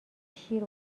شیر